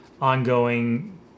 ongoing